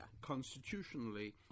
constitutionally